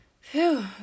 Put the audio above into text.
Phew